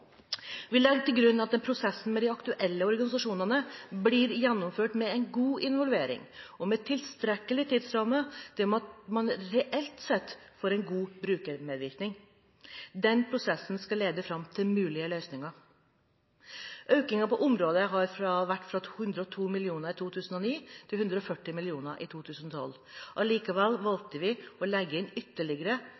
Vi legger til grunn at prosessen med de aktuelle organisasjonene blir gjennomført med god involvering og med tilstrekkelig tidsramme til at man reelt sett får en god brukermedvirkning. Den prosessen skal lede fram til mulige løsninger. Økningen på området har vært fra 102 mill. kr i 2009 til 140 mill. kr i 2012. Allikevel